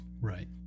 Right